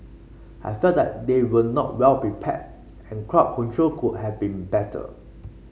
I felt that they were not well prepared and crowd control could have been better